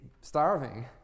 starving